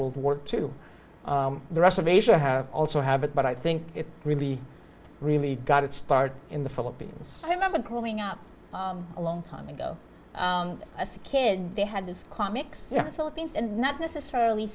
world war two the rest of asia have also have it but i think it really really got its start in the philippines i remember growing up a long time ago as a kid they had just comics philippines and not necessarily